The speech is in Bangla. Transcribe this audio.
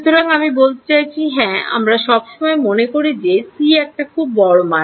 সুতরাং আমি বলতে চাইছি হ্যাঁ আমরা সবসময় মনে করি যে c একটা খুব বড় মান